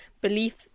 belief